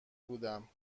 بودم